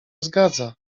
zgadza